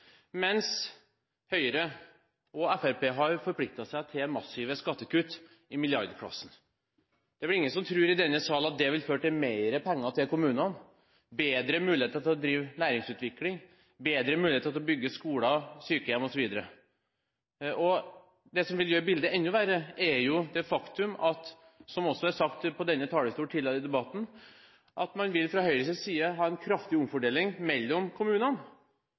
mens Høyre og Fremskrittspartiet har forpliktet seg til massive skattekutt i milliardklassen. Det er vel ingen i denne sal som tror at det vil føre til mer penger til kommunene, bedre muligheter til å drive næringsutvikling, bedre muligheter til å bygge skoler og sykehjem osv. Det som vil gjøre bildet enda verre, er jo det faktum, som også er sagt fra denne talerstol tidligere i debatten, at man fra Høyres side vil ha en kraftig omfordeling mellom kommunene